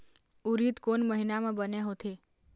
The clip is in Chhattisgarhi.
उरीद कोन महीना म बने होथे?